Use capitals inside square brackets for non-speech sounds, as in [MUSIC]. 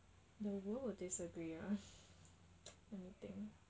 the world will disagree ah [NOISE] let me think